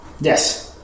Yes